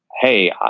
Hey